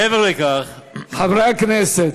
ומעבר לכך, חברי הכנסת,